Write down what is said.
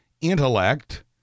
intellect